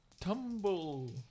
Tumble